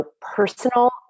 personal